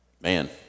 man